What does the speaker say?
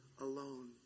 alone